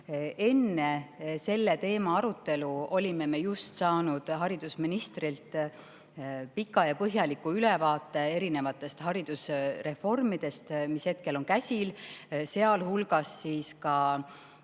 Enne selle teema arutelu olime me just saanud haridusministrilt pika ja põhjaliku ülevaate erinevatest haridusreformidest, mis hetkel on käsil, sealhulgas